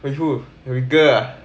with who with girl ah